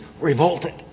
revolted